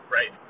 Right